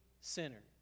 sinner